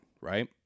right